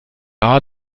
eine